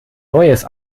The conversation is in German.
neues